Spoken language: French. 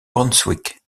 brunswick